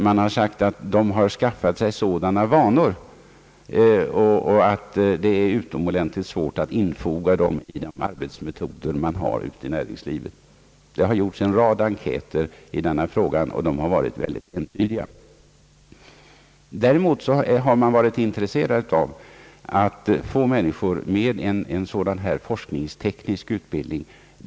Man har sagt att de skaffat sig sådana vanor att det är svårt att foga in dem i de arbetsmetoder näringslivet har. Det har gjorts en rad enkäter i denna fråga, och de har varit rätt entydiga. Däremot har näringslivet varit intresserat av att få människor med en forskningsteknisk utbildning.